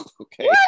Okay